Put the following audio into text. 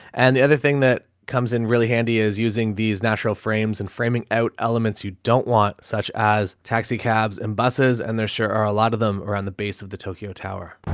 and the other thing that comes in really handy is using these natural frames and framing out elements you don't want such as taxi cabs and buses and there sure are a lot of them around the base of the tokyo tower.